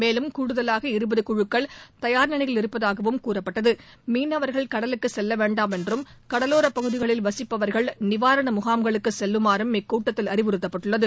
மேலும் கூடுதலாக இருபது குழுக்கள் தயார் நிலையில் இருப்பதாகவும் கூறப்பட்டது மீனவர்கள் கடலுக்கு செல்ல வேண்டாம் என்றும் கடலோரப் பகுதிகளில் வசிப்பவர்கள் நிவாரண முகாம்களுக்கு செல்லுமாறும் இக்கூட்டத்தில் அறிவுறுத்தப்பட்டது